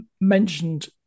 mentioned